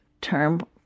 term